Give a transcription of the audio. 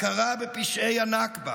הכרה בפשעי הנכבה